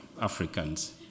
Africans